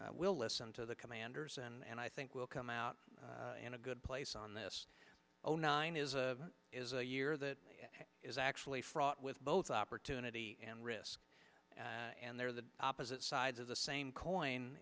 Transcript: will listen to the commanders and i think we'll come out in a good place on this oh nine is a is a year that is actually fraught with both opportunity and risk and there are the opposite sides of the same coin